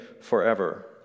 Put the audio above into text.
forever